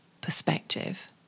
perspective